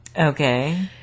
okay